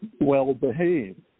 well-behaved